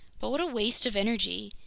but what a waste of energy!